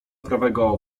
prawego